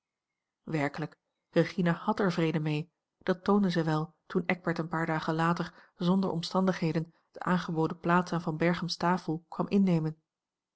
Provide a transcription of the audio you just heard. werkelijk regina had er vrede mee dat toonde zij wel toen eckbert een paar dagen later zonder omstandigheden de aangeboden plaats aan van berchems tafel kwam innemen